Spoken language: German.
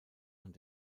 und